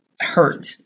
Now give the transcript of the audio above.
hurt